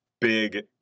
big